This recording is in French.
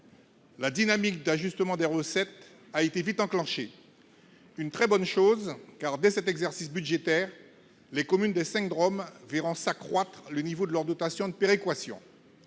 La dynamique d'ajustement des recettes a été vite enclenchée. C'est une très bonne chose car, dès cet exercice budgétaire, les communes des 5 DROM verront s'accroître le niveau de leur dotation de péréquation.